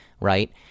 right